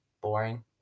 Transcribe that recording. boring